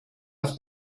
auf